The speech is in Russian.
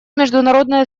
международное